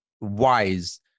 wise